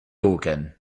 organ